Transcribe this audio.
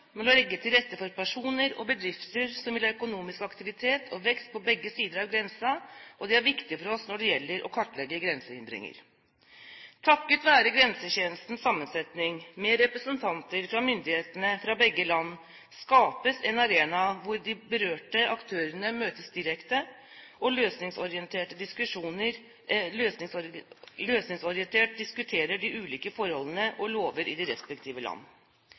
å legge til rette for personer og bedrifter som vil ha økonomisk aktivitet og vekst på begge sider av grensen, og de er viktige for oss når det gjelder å kartlegge grensehindringer. Takket være Grensetjenestens sammensetning, med representanter fra myndighetene fra begge land, skapes en arena hvor de berørte aktørene møtes direkte og løsningsorientert diskuterer de ulike forhold og lover i de respektive land.